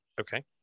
okay